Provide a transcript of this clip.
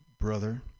brother